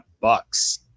Bucks